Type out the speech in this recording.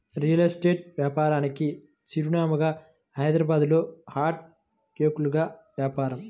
real estate వ్యాపారానికి చిరునామాగా హైదరాబాద్లో హాట్ కేకుల్లాగా వ్యాపారం